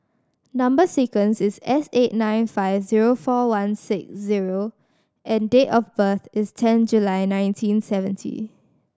number sequence is S eight nine five zero four one six zero and date of birth is ten July nineteen seventy